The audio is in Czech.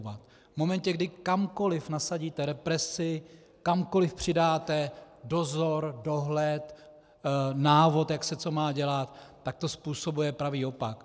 V momentě, kdy kamkoliv nasadíte represi, kamkoliv přidáte dozor, dohled, návod, jak se co má dělat, tak to způsobuje pravý opak.